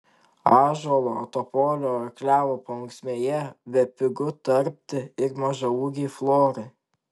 ąžuolo topolio ar klevo paunksmėje bepigu tarpti ir mažaūgei florai